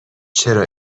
چرا